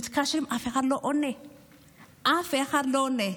מתקשרים, אף אחד לא עונה.